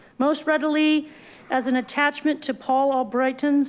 most readily as an attachment to paul, all brighton's